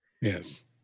Yes